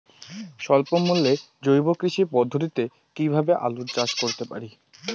স্বল্প মূল্যে জৈব কৃষি পদ্ধতিতে কীভাবে আলুর চাষ করতে পারি?